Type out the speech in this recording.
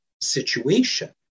situation